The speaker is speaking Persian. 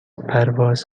پرواز